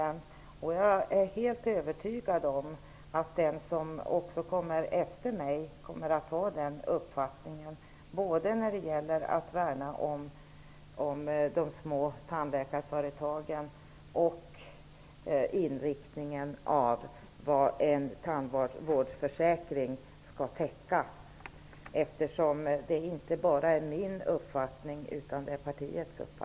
Eftersom detta inte bara är min utan också partiets uppfattning är jag helt övertygad om att min efterträdare kommer att samma uppfattning både när det gäller att värna om de små tandläkarföretagen och vad gäller inriktningen i fråga om vad en tandvårdsförsäkring skall täcka.